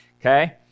okay